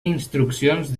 instruccions